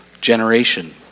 generation